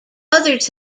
others